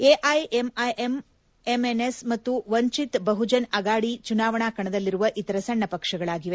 AIMIM MNS ಮತ್ತು ವಂಚಿತ್ ಬಹುಜನ್ ಅಗಾದಿ ಚುನಾವಣಾ ಕಣದಲ್ಲಿರುವ ಇತರ ಸಣ್ಣ ಪಕ್ಷಗಳಾಗಿವೆ